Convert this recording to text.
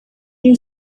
new